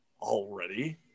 Already